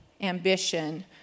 ambition